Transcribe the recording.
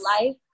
life